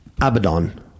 Abaddon